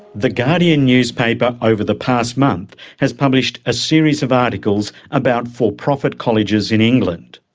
the guardian newspaper over the past month has published a series of articles about for-profit colleges in england.